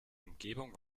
umgebung